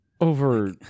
over